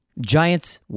Giants